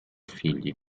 figli